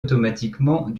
automatiquement